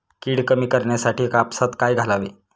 कीड कमी करण्यासाठी कापसात काय घालावे?